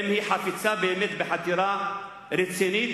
אם היא חפצה באמת בחתירה רצינית,